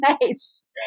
Nice